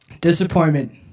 Disappointment